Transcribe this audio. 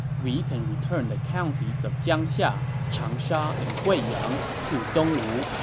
we can return the counties of jiangxia, changsha, and guiyang to dongwu,